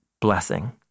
blessing